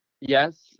Yes